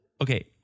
Okay